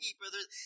brothers